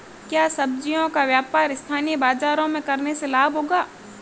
क्या सब्ज़ियों का व्यापार स्थानीय बाज़ारों में करने से लाभ होगा?